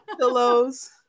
pillows